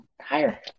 higher